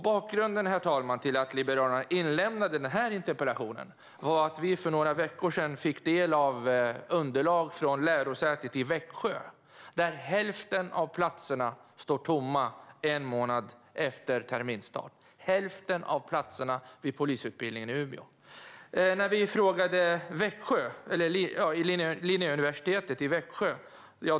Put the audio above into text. Bakgrunden, herr talman, till att Liberalerna inlämnade den här interpellationen var att vi för några veckor sedan fick ta del av underlag från lärosätet i Umeå, där hälften av platserna står tomma en månad efter terminsstart - hälften av platserna vid polisutbildningen i Umeå. Vi frågade Linnéuniversitetet i Växjö.